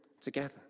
together